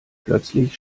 plötzlich